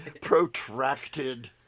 protracted